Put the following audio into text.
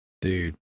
dude